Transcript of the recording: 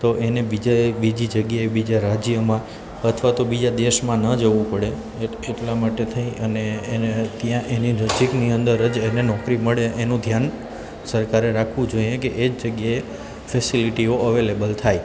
તો એને બીજી જગ્યાએ બીજા રાજ્યમાં અથવા તો બીજા દેશમાં ન જવું પડે એટલાં માટે થઈ અને એને ત્યાં એને નજીકની અંદર જ એને નોકરી મળે એનું ધ્યાન સરકારે રાખવું જોઈએ કે એ જ જગ્યાએ ફેસિલીટીઓ અવેલેબલ થાય